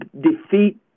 defeat